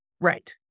Right